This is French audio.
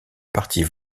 partie